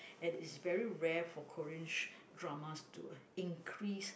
and it's very rare for Korean sh~ dramas to increase